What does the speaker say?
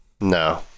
No